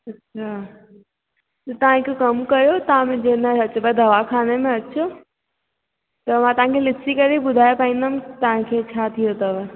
अच्छा त तव्हां हिकु कम कयो तव्हां मुंहिंजे हिन अच ॿ दवाखाने में अचो त मां तव्हांखे ॾिसी करे ॿुधाए पाईंदमि तव्हांखे छा थियो अथव